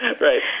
Right